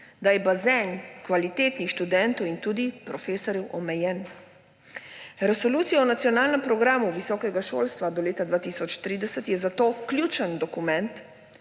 da je bazen kvalitetnih študentov in tudi profesorjev omejen. Resolucija o Nacionalnem programu visokega šolstva do leta 2030 je zato ključen dokument